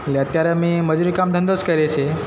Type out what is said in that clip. એટલે અત્યારે અમે મજૂરી કામ ધંધો જ કરીએ છીએ